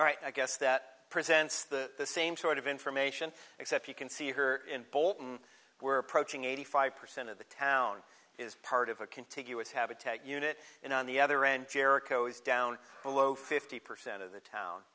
alright i guess that presents the same sort of information except you can see her in bolton who are approaching eighty five percent of the town is part of a contiguous habitat unit and on the other end jericho's down below fifty percent of the town